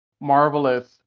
Marvelous